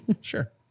Sure